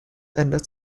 ändert